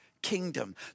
Kingdom